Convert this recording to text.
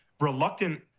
reluctant